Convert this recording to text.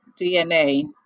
dna